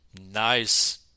nice